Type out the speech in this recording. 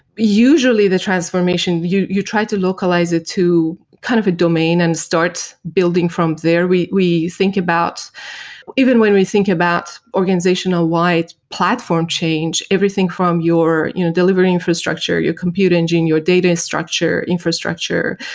usually, the transformation, you you try to localize it to kind of a domain and starts building from there. we we think about even when we think about organizational-wide platform change, everything from your you know delivery infrastructure, your compute engine, your data structure, infrastructure,